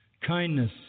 kindness